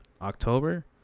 October